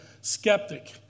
skeptic